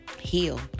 heal